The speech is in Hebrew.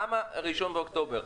למה בראשון באוקטובר?